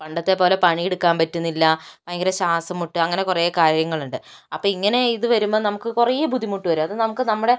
പണ്ടത്തെപ്പോലെ പണിയെടുക്കാൻ പറ്റുന്നില്ല ഭയങ്കര ശ്വാസംമുട്ട് അങ്ങനെ കുറേ കാര്യങ്ങളുണ്ട് അപ്പം ഇങ്ങനെ ഇത് വരുമ്പം നമുക്ക് കുറേ ബുദ്ധിമുട്ടു വരും അത് നമുക്ക് നമ്മുടെ